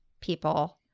people